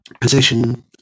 position